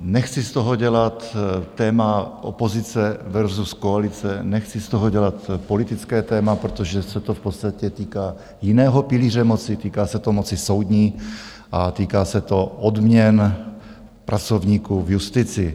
Nechci z toho dělat téma opozice versus koalice, nechci z toho dělat politické téma, protože se to v podstatě týká jiného pilíře moci, týká se to moci soudní a týká se to odměn pracovníků v justici.